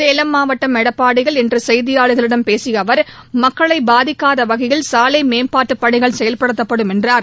சேலம் மாவட்டம் எடப்பாடியில் இன்று செய்தியாளர்களிடம் பேசிய அவர் மக்களைப் பாதிக்காத வகையில் சாலை மேம்பாட்டுப் பணிகள் செயல்படுத்தப்படும் என்றார்